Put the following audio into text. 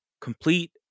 Complete